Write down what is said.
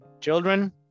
Children